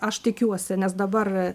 aš tikiuosi nes dabar